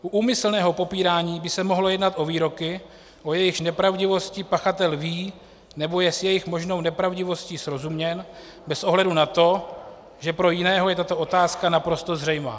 U úmyslného popírání by se mohlo jednat o výroky, o jejichž nepravdivosti pachatel ví nebo je s jejich možnou nepravdivostí srozuměn, bez ohledu na to, že pro jiného je tato otázka naprosto zřejmá.